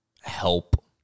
help